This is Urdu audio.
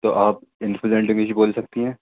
تو آپ ان فلوئینٹ انگلش بھی بول سکتی ہیں